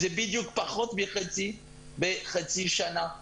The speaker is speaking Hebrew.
זה בדיוק פחות מחצי שנה שעברה,